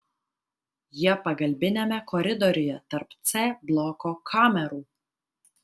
jie pagalbiniame koridoriuje tarp c bloko kamerų